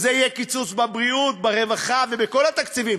זה יהיה קיצוץ בבריאות, ברווחה ובכל התקציבים.